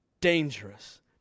dangerous